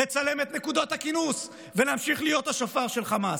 לצלם את נקודות הכינוס ולהמשיך להיות השופר של חמאס.